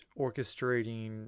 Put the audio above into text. orchestrating